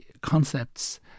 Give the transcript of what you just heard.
concepts